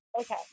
okay